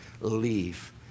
leave